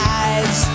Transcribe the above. eyes